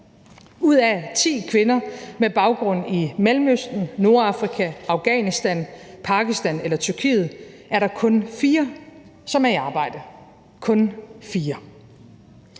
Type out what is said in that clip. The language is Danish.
Ud af ti kvinder med baggrund i Mellemøsten, Nordafrika, Afghanistan, Pakistan eller Tyrkiet er der kun fire, som er i arbejde – kun fire.